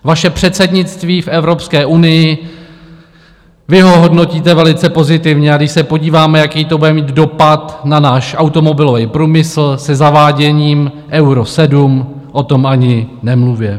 Vaše předsednictví v Evropské unii vy ho hodnotíte velice pozitivně, a když se podíváme, jaký to bude mít dopad na náš automobilový průmysl se zaváděním Euro 7, o tom ani nemluvě.